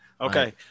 Okay